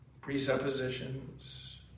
presuppositions